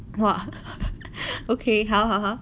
!wow! okay 好好好说